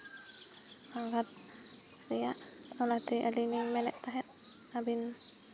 ᱥᱟᱸᱜᱷᱟᱨ ᱨᱮᱭᱟᱜ ᱚᱱᱟᱛᱮ ᱟᱹᱞᱤᱧ ᱞᱤᱧ ᱢᱮᱱ ᱮᱫ ᱛᱟᱦᱮᱸᱫ ᱟᱹᱵᱤᱱ